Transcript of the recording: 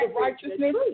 righteousness